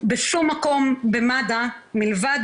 בשום מקום במד"א מלבד